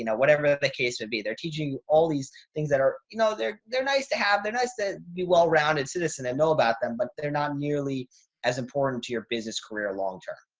you know whatever the case would be. they're teaching all these things that are, you know, they're, they're nice to have. they're nice to be well rounded citizen. i know about them, but they're not nearly as important to your business career long term.